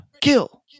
kill